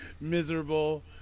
miserable